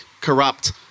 corrupt